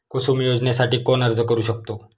कुसुम योजनेसाठी कोण अर्ज करू शकतो?